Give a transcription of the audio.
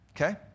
okay